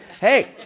hey